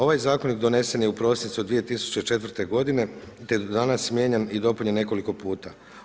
Ovaj zakon donesen je u prosincu 2004. g. te do danas mijenjan i dopunjen nekoliko puta.